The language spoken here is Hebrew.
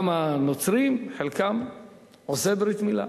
גם הנוצרים, חלקם עושים ברית-מילה.